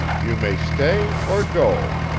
you may stay, or go,